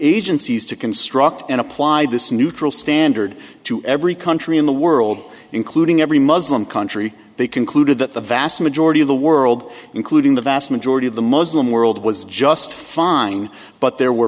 agencies to construct and applied this neutral standard to every country in the world including every muslim country they concluded that the vast majority of the world including the vast majority of the muslim world was just fine but there were